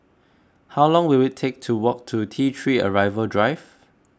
how long will it take to walk to T three Arrival Drive